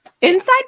Inside